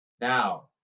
Now